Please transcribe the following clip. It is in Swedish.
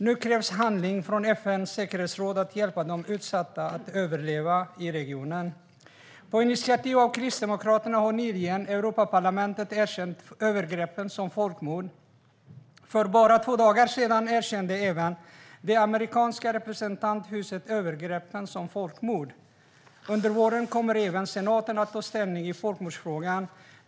Nu krävs handling från FN:s säkerhetsråd för att hjälpa de utsatta att överleva i regionen. På initiativ av Kristdemokraterna har Europaparlamentet nyligen erkänt övergreppen som folkmord. För bara två dagar sedan erkände även det amerikanska representanthuset övergreppen som folkmord. Under våren kommer också senaten att ta ställning i folkmordsfrågan.